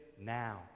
now